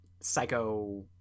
psycho